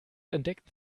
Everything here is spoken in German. entdeckten